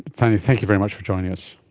thanya, thank you very much for joining us.